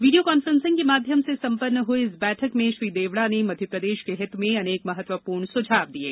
video conferencing के माध्यम से संपन्न हई इस बैठक में श्री देवड़ा ने मध्यप्रदेश के हित में अनेक महत्वपूर्ण सुझाव दिये